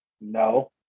No